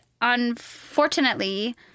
unfortunately